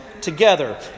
together